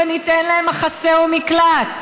ניתן להם מחסה ומקלט".